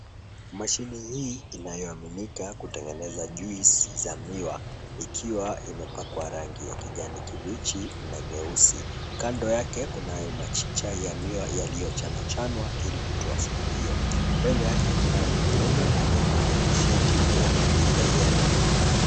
Mashini hii inaoaminika kutengeneza juisi za miwa ikiwa imepakwa rangi ya kijani kibichi na nyeusi. Kando yake kunayo machicha ya miwa yaliyochanachanwa ili kutoa supu hiyo. Mbele yake kuna mwanaume aliyevalia t-shirt ya rangi ya yellow .